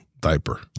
diaper